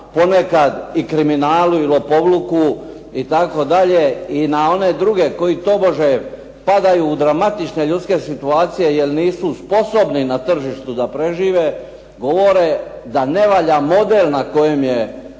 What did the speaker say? ponekad i kriminalu i lopovluku itd., i na one druge koji tobože padaju u dramatične ljudske situacije jer nisu sposobni na tržištu da prežive govore da nevalja model na kojem,